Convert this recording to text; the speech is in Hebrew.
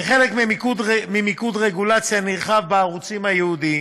כחלק ממיקוד רגולציה נרחב בערוצים הייעודיים,